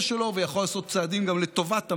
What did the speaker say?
שלו ויכול לעשות צעדים גם לטובת המדינה,